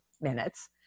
minutes